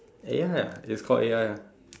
A_I ah it's called A_I ah